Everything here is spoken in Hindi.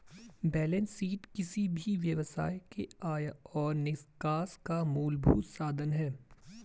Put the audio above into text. बेलेंस शीट किसी भी व्यवसाय के आय और निकास का मूलभूत साधन है